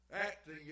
Acting